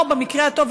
או במקרה הטוב,